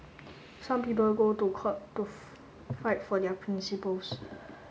some people go to court to fight for their principles